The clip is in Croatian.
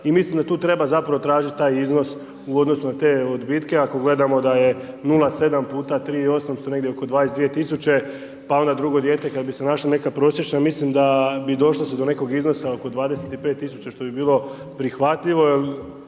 i mislim da tu treba zapravo tražiti taj iznos u odnosu na te odbitke ako gledamo da je 0,7 puta 3 i 800 negdje oko 22 tisuće, pa na drugo dijete kada bi se našla neka prosječna, mislim da bi došlo se do nekog iznosa od 25 tisuća, što bi bilo prihvatljivo,